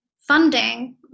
funding